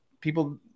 people